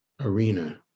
arena